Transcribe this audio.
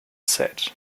said